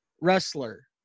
wrestler